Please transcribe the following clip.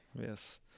Yes